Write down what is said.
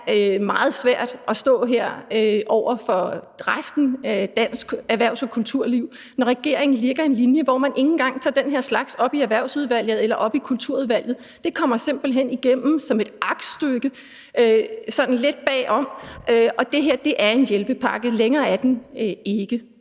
det er meget svært at stå her over for resten af dansk erhvervs- og kulturliv, når regeringen lægger en linje, hvor man ikke engang tager den her slags op i Erhvervsudvalget eller i Kulturudvalget. Det kommer simpelt hen igennem som et aktstykke, sådan lidt bagom, og det her er en hjælpepakke – længere er den ikke.